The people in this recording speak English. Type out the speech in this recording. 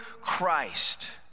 Christ